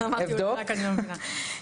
אני אבדוק.